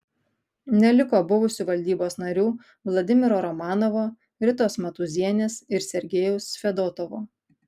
neliko buvusių valdybos narių vladimiro romanovo ritos matūzienės ir sergejaus fedotovo